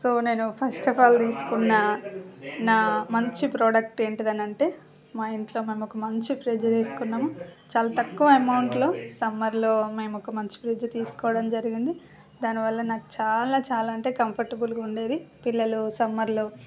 so నేను first of all తీసుకున్నా నా మంచి ప్రోడక్ట్ ఏంటిదనంటే మా ఇంట్లో మేము ఒక మంచి ఫ్రిడ్జ్ తీసుకున్నాము చాలా తక్కువ అమౌంట్లో సమ్మర్లో మేము ఒక మంచి ఫ్రిడ్జ్ తీసుకోవటం జరిగింది దానివల్ల నాకు చాలచాల అంటే కంపోర్ట్రబుల్గా ఉండేది పిల్లలు సమ్మర్లో